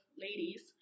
ladies